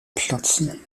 platzen